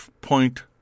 point